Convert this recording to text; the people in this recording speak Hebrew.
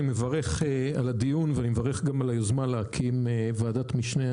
אני מברך על הדיון ואני מברך גם על היוזמה להקים ועדת משנה.